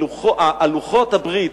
לוחות הברית.